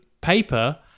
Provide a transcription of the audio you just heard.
paper